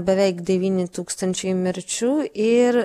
beveik devyni tūkstančiai mirčių ir